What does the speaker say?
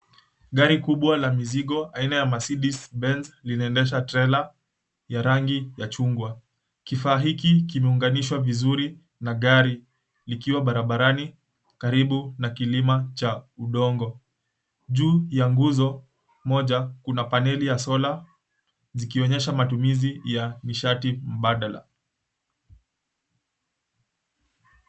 Gari kubwa la mizigo aina ya Mercedez Benz linaendesha trela ya rangi ya chungwa, kifaa hiki kimeunganishwa vizuri na gari likiwa barabarani karibu na kilima cha udongo. Juu ya nguzo moja kuna paneli ya solar zikionyesha matumizi ya nishati mbadala.